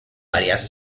varias